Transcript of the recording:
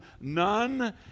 none